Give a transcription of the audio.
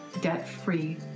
debt-free